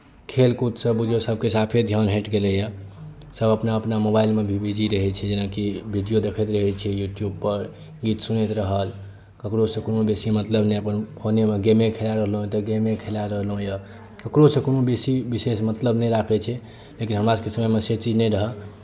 खेलकूदसँ बुझियौ सभके साफे ध्यान हटि गेलैए सभ अपना अपना मोबाइलमे भी बिजी रहैत छै जेनाकि विडियो देखैत रहैत छै यूट्यूबपर गीत सुनैत रहल ककरोसँ कोनो बेसी मतलब नहि अपन फोनेमे गेमे खेलाए रहलहुँ यए तऽ गेमे खेलाए रहलहुँ यए ककरोसँ कोनो बेसी विशेष मतलब नहि राखैत छै लेकिन हमरासभके समय से चीज नहि रहै